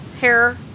hair